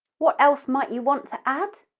what else might you want to add?